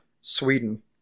Sweden